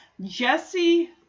Jesse